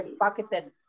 pocketed